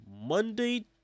Monday